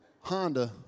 Honda